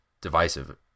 divisive